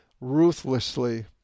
ruthlessly